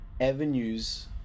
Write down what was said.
avenues